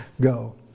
go